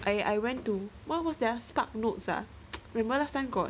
I I went to what was that spark notes ah remember last time got